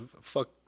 fuck